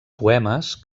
poemes